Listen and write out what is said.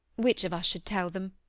which of us should tell them?